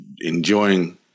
enjoying